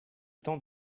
temps